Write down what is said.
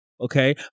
Okay